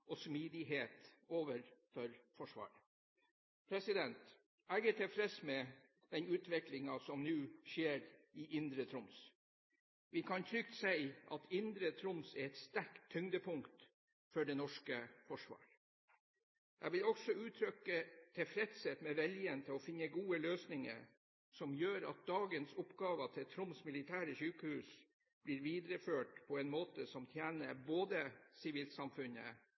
og smidighet overfor Forsvaret. Jeg er tilfreds med den utviklingen som nå skjer i Indre Troms. Vi kan trygt si at Indre Troms er et sterkt tyngdepunkt for det norske forsvar. Jeg vil også uttrykke tilfredshet med viljen til å finne gode løsninger som gjør at dagens oppgaver for Troms militære sykehus blir videreført på en måte som tjener både sivilsamfunnet